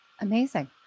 Amazing